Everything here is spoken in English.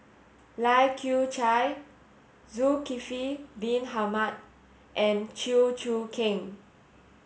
Kai Kew Chai Zulkifli bin Mohamed and Chew Choo Keng